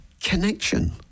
connection